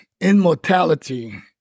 immortality